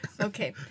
Okay